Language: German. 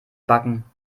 backen